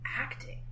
acting